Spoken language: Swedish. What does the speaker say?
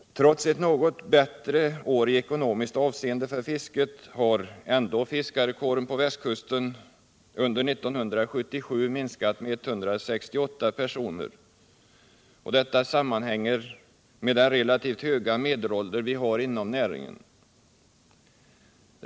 Trots ett något bättre år i ekonomiskt avseende för fisket har ändå fiskarkåren på västkusten under 1977 minskat med 168 personer. Detta sammanhänger med den relativt höga medelåldern inom näringen.